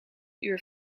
uur